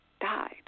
died